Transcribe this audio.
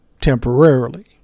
temporarily